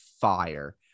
fire